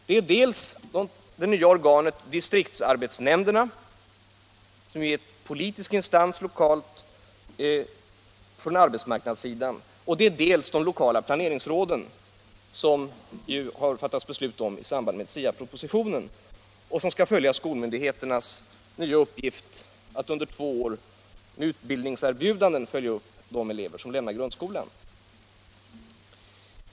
Det är dels det nya organet distriktsarbetsnämnderna, som är en politisk instans lokalt på arbetsmarknadssidan, dels de lokala planeringsråden, som riksdagen har beslutat om i samband med antagandet av SIA-propositionen och som skall följa skolmyndigheternas nya uppgift att under två år med utbildningserbjudanden följa upp de elever som lämnar grundskolan.